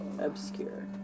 Obscure